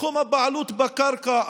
תחום הבעלות על הקרקע,